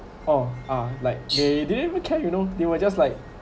oh ah like they do who care you know they were just like